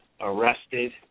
arrested